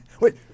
Wait